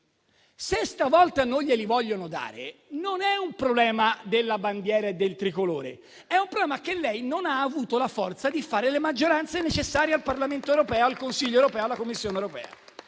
Se stavolta non glieli vogliono dare, non è un problema della bandiera e del tricolore; il problema è che lei non ha avuto la forza di fare le maggioranze necessarie al Parlamento europeo, al Consiglio europeo e alla Commissione europea.